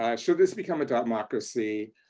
ah should this become a democracy,